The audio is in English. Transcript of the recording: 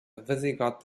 visigoth